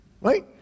right